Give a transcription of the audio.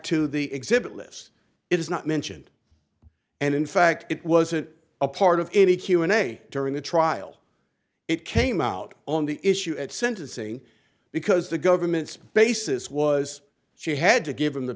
to the exhibit list it is not mentioned and in fact it wasn't a part of any q and a during the trial it came out on the issue at sentencing because the government's basis was she had to give him the